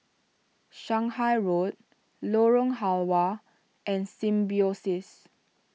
Shanghai Road Lorong Halwa and Symbiosis